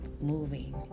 moving